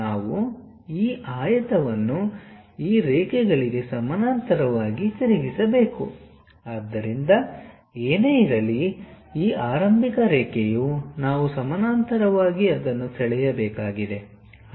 ನಾವು ಈ ಆಯತವನ್ನು ಈ ರೇಖೆಗಳಿಗೆ ಸಮಾನಾಂತರವಾಗಿ ತಿರುಗಿಸಬೇಕು ಆದ್ದರಿಂದ ಏನೇ ಇರಲಿ ಈ ಆರಂಭಿಕ ರೇಖೆಯು ನಾವು ಸಮಾನಾಂತರವಾಗಿ ಅದನ್ನು ಸೆಳೆಯಬೇಕಾಗಿದೆ